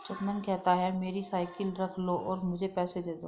चंदन कहता है, मेरी साइकिल रख लो और मुझे पैसे दे दो